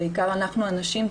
בעיקר אנחנו הנשים,